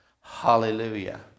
Hallelujah